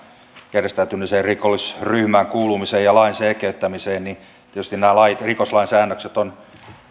järjestäytyneeseen rikollisryhmään kuulumiseen ja lain selkeyttämiseen niin tietysti nämä rikoslain säännökset on